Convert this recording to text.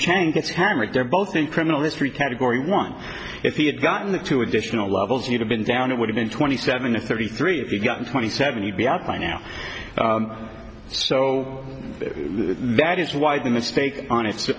chang gets hammered there both in criminal history category one if he had gotten the two additional levels you'd have been down it would have been twenty seven to thirty three if you got twenty seven you'd be out by now so that is why the mistake on its